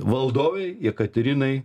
valdovei jekaterinai